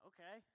Okay